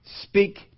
Speak